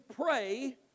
pray